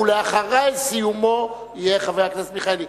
ואחרי סיומו יהיה חבר הכנסת מיכאלי.